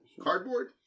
Cardboard